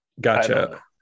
Gotcha